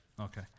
Okay